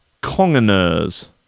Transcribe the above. congeners